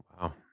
Wow